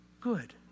good